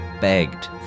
begged